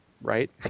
right